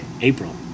April